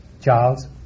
Charles